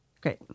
Great